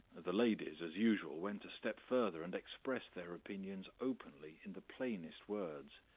the ladies, as usual, went a step further, and expressed their opinions openly in the plainest words.